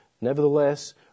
nevertheless